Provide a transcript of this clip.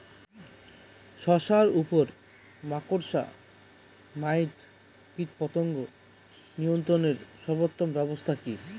শশার উপর মাকড়সা মাইট কীটপতঙ্গ নিয়ন্ত্রণের সর্বোত্তম ব্যবস্থা কি?